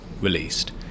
released